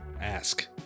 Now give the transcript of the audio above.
Ask